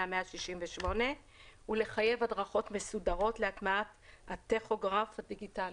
168 ולחייב הדרכות מסודרות להטמעת הטכוגרף הדיגיטלי.